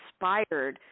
inspired